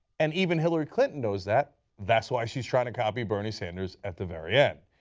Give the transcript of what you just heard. and even hillary clinton knows that, that is why she is trying to copy bernie sanders at the very end.